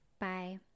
Bye